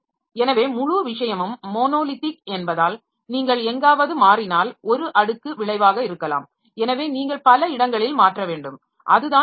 எனவே முழு விஷயமும் மோனோலித்திக் என்பதால் நீங்கள் எங்காவது மாறினால் ஒரு அடுக்கு விளைவாக இருக்கலாம் எனவே நீங்கள் பல இடங்களில் மாற்ற வேண்டும் அது தான் பிரச்சனை